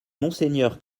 monseigneur